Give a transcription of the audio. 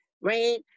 right